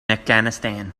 afghanistan